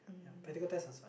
practical tests